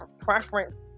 preference